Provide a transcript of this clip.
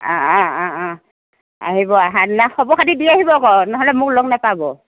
আ আ আ আ আহিব অহা দিনা খবৰ খাতি দি আহিব আকৌ নহ'লে মোক লগ নেপাব